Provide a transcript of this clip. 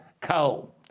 Coal